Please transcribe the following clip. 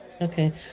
okay